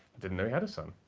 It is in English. didn't know he had a son.